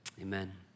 Amen